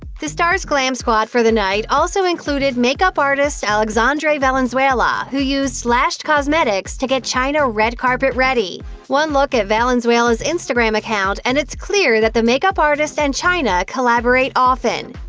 the star's glam squad for the night also included makeup artist alexandre valenzuela, who used lashed cosmetics to get chyna red-carpet ready. one look at valenzuela's instagram account and it's clear that the makeup artist and chyna collaborate often.